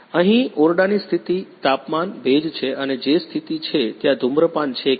અહીં ઓરડાની સ્થિતિ તાપમાન ભેજ છે અને જે સ્થિતિ છે ત્યાં ધૂમ્રપાન છે કે નહીં